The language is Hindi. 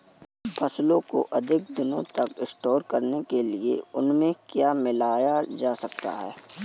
फसलों को अधिक दिनों तक स्टोर करने के लिए उनमें क्या मिलाया जा सकता है?